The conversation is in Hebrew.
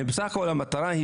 בסך הכל המטרה,